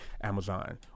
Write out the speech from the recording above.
Amazon